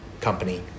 company